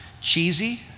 cheesy